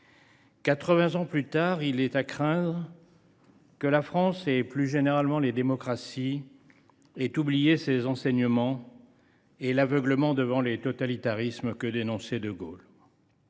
ans plus tard, il est à craindre que la France et, plus généralement, les démocraties n’aient oublié ces enseignements et l’aveuglement devant les totalitarismes que dénonçait de Gaulle.